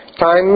Time